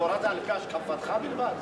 התורה היא על-פי השקפתך בלבד?